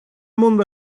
mundo